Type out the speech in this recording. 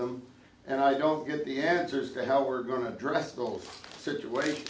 them and i don't get the answers to how we're going to address the whole situation